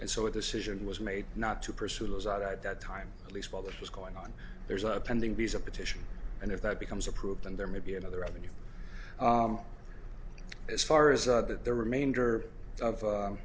and so if this is and was made not to pursue those out at that time at least while this was going on there's a pending b s a petition and if that becomes approved and there may be another avenue as far as the remainder of